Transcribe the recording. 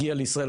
הגיע לישראל,